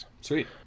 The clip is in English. Sweet